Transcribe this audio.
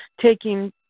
taking